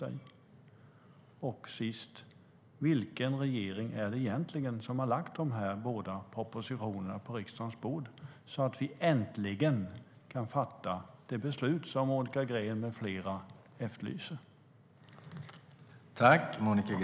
Jag vill också fråga: Vilken regering är det egentligen som har lagt dessa båda propositioner på riksdagens bord, så att vi äntligen kan fatta det beslut som Monica Green med flera efterlyser?